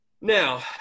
Now